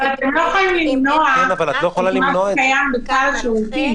אבל אתם לא יכולים למנוע את מה שקיים בכלל השירותים.